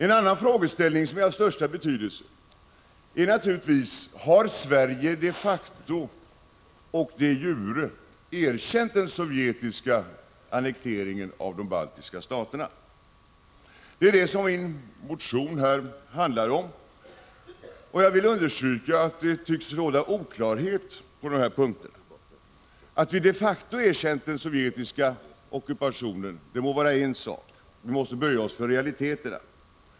En annan frågeställning av största betydelse är: Har Sverige de facto och de jure erkänt den sovjetiska annekteringen av de baltiska staterna? Det är detta som min motion i ärendet handlar om. Jag vill understryka att det tycks råda oklarhet på de här punkterna. Att vi de facto erkänt den sovjetiska ockupationen må vara en sak — vi måste böja oss för realiteterna.